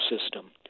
system